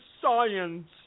science